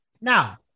Now